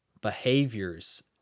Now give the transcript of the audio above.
behaviors